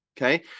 Okay